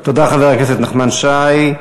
תודה, חבר הכנסת נחמן שי.